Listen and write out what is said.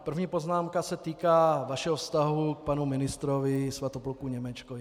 První poznámka se týká vašeho vztahu k panu ministrovi Svatopluku Němečkovi.